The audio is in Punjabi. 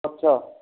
ਅੱਛਾ